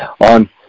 on